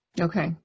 Okay